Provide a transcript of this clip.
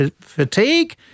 fatigue